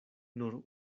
nur